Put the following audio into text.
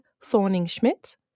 Thorning-Schmidt